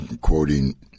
quoting